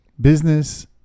business